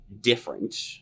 different